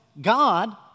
God